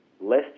less